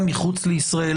גם מחוץ לישראל.